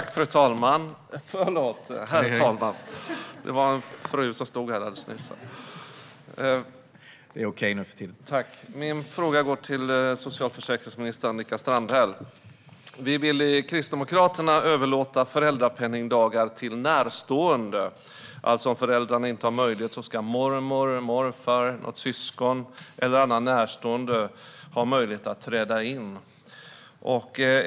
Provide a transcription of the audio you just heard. Herr talman! Min fråga går till socialförsäkringsminister Annika Strandhäll. Vi i Kristdemokraterna vill att man ska kunna överlåta föräldrapenningdagar till närstående. Om föräldrarna inte har möjlighet ska alltså mormor, morfar, något syskon eller annan närstående ha möjlighet att träda in.